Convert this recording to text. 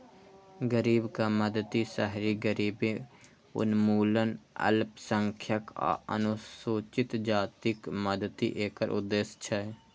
गरीबक मदति, शहरी गरीबी उन्मूलन, अल्पसंख्यक आ अनुसूचित जातिक मदति एकर उद्देश्य छै